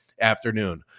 afternoon